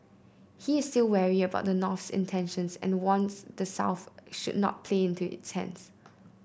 he is still wary about the North's intentions and warns the South should not play into its hands